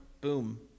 Boom